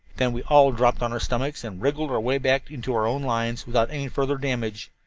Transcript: then we all dropped on our stomachs and wriggled our way back into our own lines without any further damage.